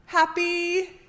Happy